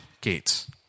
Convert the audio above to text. gates